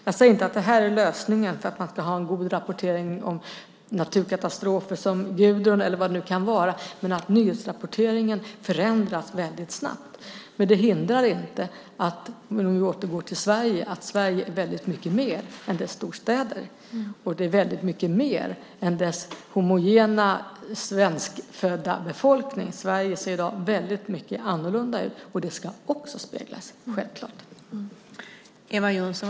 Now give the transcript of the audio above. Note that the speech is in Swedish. Jag säger inte att det här är lösningen för att man ska ha en god rapportering om naturkatastrofer som Gudrun eller vad det nu kan vara, men nyhetsrapporteringen förändras väldigt snabbt. Det hindrar inte, om vi återgår till Sverige, att Sverige är väldigt mycket mer än dess storstäder och väldigt mycket mer än dess homogena svenskfödda befolkning. Sverige ser i dag väldigt annorlunda ut. Det ska självklart också speglas.